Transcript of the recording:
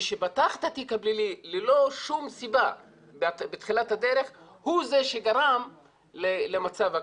מי שפתח את התיק הפלילי ללא שום סיבה בתחילת הדרך הוא זה שגרם למצב הזה.